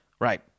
Right